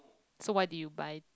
so what did you buy